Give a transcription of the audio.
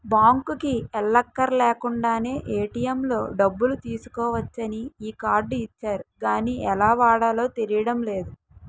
బాంకుకి ఎల్లక్కర్లేకుండానే ఏ.టి.ఎం లో డబ్బులు తీసుకోవచ్చని ఈ కార్డు ఇచ్చారు గానీ ఎలా వాడాలో తెలియడం లేదు